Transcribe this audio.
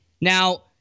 now